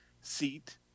seat